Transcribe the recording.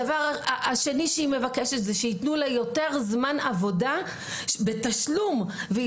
הדבר השני שהיא מבקשת זה שיתנו לה יותר זמן עבודה בתשלום ושהיא